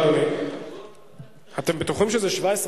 בהשתתפות בני העדה יוצאי אתיופיה ובתנאים שקבעה ועדת